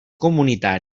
comunitari